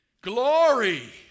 Glory